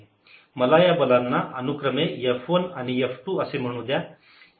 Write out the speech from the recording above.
मला या बलांना अनुक्रमे F1 आणि F2 असे म्हणू द्या